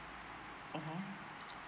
mmhmm